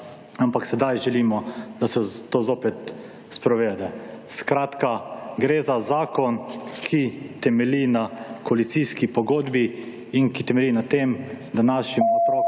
ampak sedaj želimo, da se to zopet sprovede. Skratka gre za zakon, ki temelji na koalicijski pogodbi in ki temelji na tem, da našim otrokom